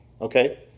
okay